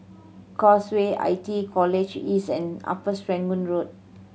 Causeway I T E College East and Upper Serangoon Road